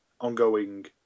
ongoing